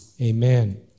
amen